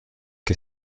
que